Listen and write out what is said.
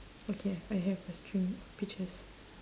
okay I have a string of peaches